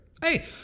Hey